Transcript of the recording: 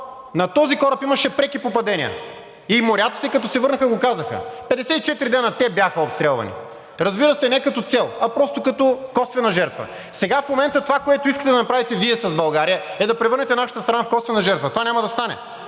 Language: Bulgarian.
На този кораб имаше преки попадения и моряците като се върнаха, го казаха – 54 дена те бяха обстрелвани, разбира се, не като цел, а просто като косвена жертва. Сега в момента това, което искате да направите Вие с България, е да превърнете нашата страна в косвена жертва. Това няма да стане.